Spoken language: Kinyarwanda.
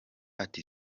ati